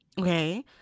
Okay